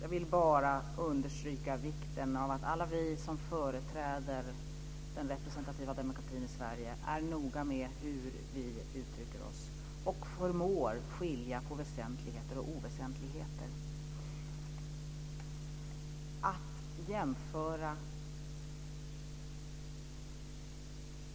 Jag vill bara understryka vikten av att alla vi som företräder den representativa demokratin i Sverige är noga med hur vi uttrycker oss och förmår skilja på väsentligheter och oväsentligheter.